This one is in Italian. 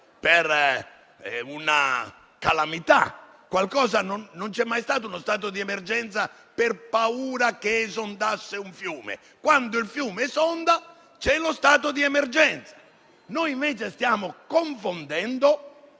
per una calamità: non c'è mai stato uno stato di emergenza per paura che esondasse un fiume; quando il fiume esonda, c'è lo stato di emergenza. Noi invece stiamo confondendo